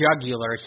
jugular